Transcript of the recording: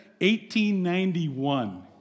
1891